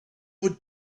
would